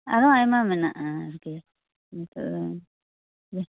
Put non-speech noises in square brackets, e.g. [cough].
ᱟᱨᱦᱚᱸ ᱟᱭᱢᱟ ᱢᱮᱱᱟᱜᱼᱟ [unintelligible]